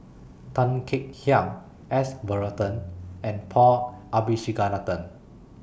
Tan Kek Hiang S Varathan and Paul Abisheganaden